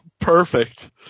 Perfect